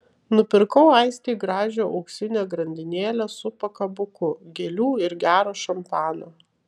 nupirkau aistei gražią auksinę grandinėlę su pakabuku gėlių ir gero šampano